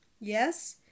Yes